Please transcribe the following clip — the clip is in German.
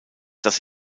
das